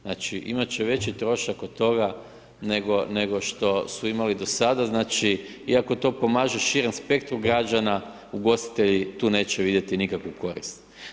Znači imat će veći trošak od toga nego, nego što su imali do sada znači iako to pomaže širem spektru građana, ugostitelji tu neće vidjeti nikakvu korist.